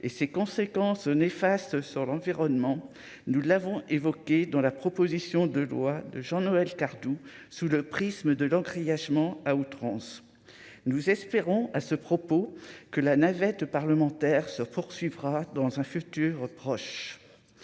et ses conséquences néfastes sur l'environnement, nous l'avons évoqué dans la proposition de loi Jean-Noël Cardoux sous le prisme de l'encrier également à outrance, nous espérons, à ce propos que la navette parlementaire se poursuivra dans un futur proche,